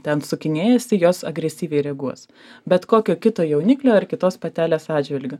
ten sukinėjasi jos agresyviai reaguos bet kokio kito jauniklio ar kitos patelės atžvilgiu